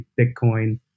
Bitcoin